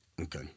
Okay